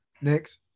Next